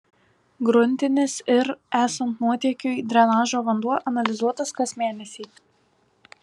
gruntinis ir esant nuotėkiui drenažo vanduo analizuotas kas mėnesį